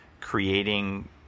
creating